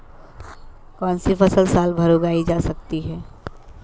कौनसी फसल साल भर उगाई जा सकती है?